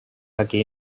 pagi